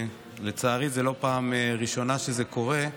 לצערי זו לא הפעם הראשונה שזה קורה.